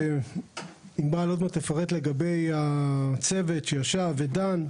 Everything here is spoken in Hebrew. ענבל עוד מעט תפרט לגבי הצוות שישב ודן בנושא.